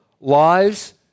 lies